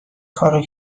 کارو